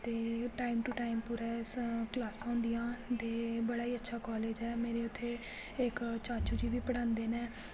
ते time to time पुरा क्लासां होंदियां ते बड़ा ही अच्छा कालेज ऐ मेरे उत्थै इक चाचु जी बी पढ़ादे ने